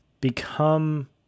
become